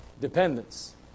dependence